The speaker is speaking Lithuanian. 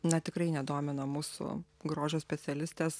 na tikrai nedomina mūsų grožio specialistės